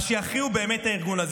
אז שיכריעו באמת את הארגון הזה.